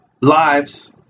lives